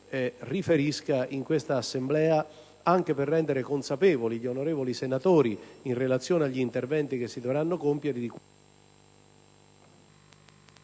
riferisca a questa Assemblea, anche per rendere consapevoli gli onorevoli senatori in relazione agli interventi che si dovranno compiere e a